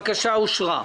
הבקשה אושרה.